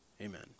Amen